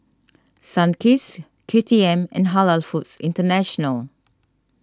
Sunkist K T M and Halal Foods International